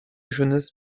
jonas